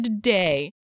day